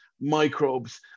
microbes